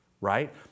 right